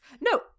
No